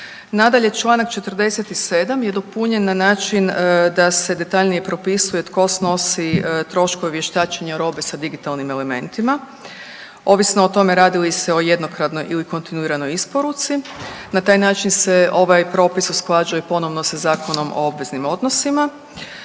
Nadalje članak 47. je dopunjen na način da se detaljnije propisuje tko snosi troškove vještačenja robe sa digitalnim elementima ovisno o tome radi li se o jednokratnoj ili kontinuiranoj isporuci. Na taj način se ovaj propis usklađuje ponovno sa Zakonom o obveznim odnosima.